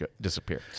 disappear